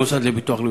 למוסד לביטוח לאומי.